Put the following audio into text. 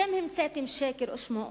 אתם המצאתם שקר ושמו אוסלו,